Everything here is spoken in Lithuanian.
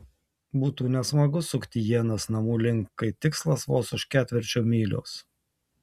būtų nesmagu sukti ienas namų link kai tikslas vos už ketvirčio mylios